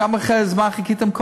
כמה זמן חיכיתם?